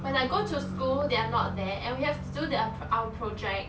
when I go to school they are not there and we have to do their our project